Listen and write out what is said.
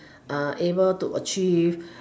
uh able to achieve